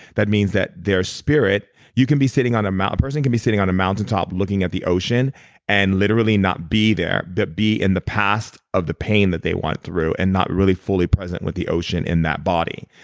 that means that their spirit, you can be sitting on a. a person can be sitting on a mountain top looking at the ocean and literally not be there the but be in the past of the pain that they want through and not really fully present with the ocean in that body.